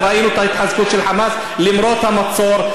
וראינו את ההתחזקות של "חמאס" למרות המצור,